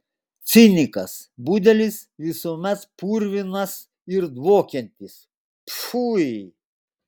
cinikas budelis visuomet purvinas ir dvokiantis pfui